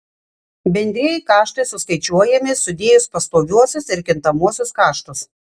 bendrieji kaštai suskaičiuojami sudėjus pastoviuosius ir kintamuosius kaštus